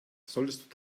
solltest